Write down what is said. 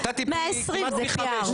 נתתי כמעט פי חמישה.